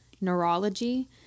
neurology